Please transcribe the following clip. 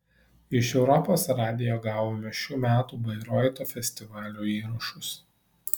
iš europos radijo gavome šių metų bairoito festivalio įrašus